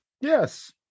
Yes